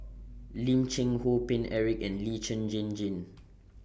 Lim Cheng Hoe Paine Eric and Lee Jane Jane